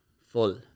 Full